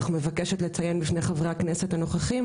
אך מבקשת לציין בפני חברי הכנסת הנוכחים